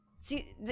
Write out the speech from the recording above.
See